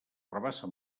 rabassa